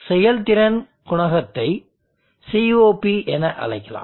செயல்திறன் குணகத்தை COP என அழைக்கலாம்